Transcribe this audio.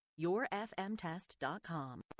yourfmtest.com